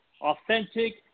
authentic